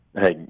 Hey